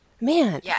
Man